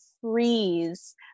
freeze